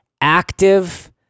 active